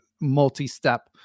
multi-step